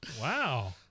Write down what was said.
Wow